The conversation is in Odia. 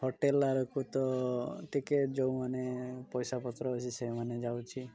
ହୋଟେଲ୍ ଆଡ଼କୁ ତ ଟିକେ ଯେଉଁମାନେ ପଇସା ପତ୍ର ଅଛି ସେମାନେ ଯାଉଛି